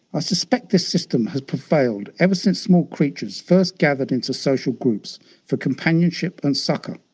ah suspect this system has prevailed ever since small creatures first gathered into social groups for companionship and succour.